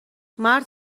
مرد